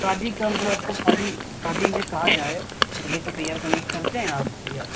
शादी का मतलब आपको शादी शादी में कहा जाए दूल्हे को तैयार करने की करते हैं आप तैयार